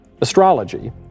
Astrology